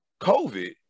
COVID